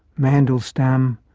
mandelstam,